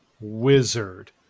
wizard